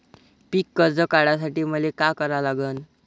पिक कर्ज काढासाठी मले का करा लागन?